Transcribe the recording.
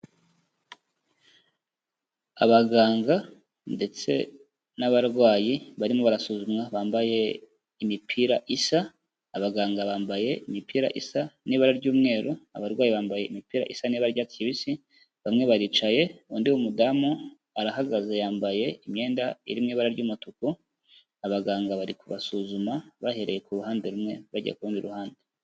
abaganga ndetse n'abarwayi barimo barasuzumwa bambaye imipira isa, abaganga bambaye imipira isa n'ibara ry'umweru, abarwayi bambaye imipira isa n'ibarya ry'icyatsi kibisi, bamwe baricaye, undi w'umu damu arahagaze yambaye imyenda iri mu ibara ry'umutuku. Abaganga bari kubasuzuma, bahereye ku ruhande rumwe bajya ku rundi ruhande.